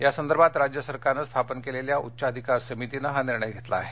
या संदर्भात राज्य सरकारनं स्थापन केलेल्या उच्चाधिकार समितीनं हा निर्णय घेतला आहे